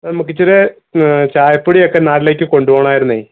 നമുക്ക് ഇച്ചിരി ചായപ്പൊടിയൊക്കെ നാട്ടിലേക്ക് കൊണ്ട് പോകാനായിരുന്നേ